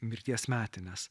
mirties metines